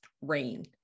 rain